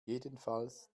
jedenfalls